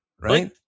Right